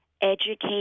educate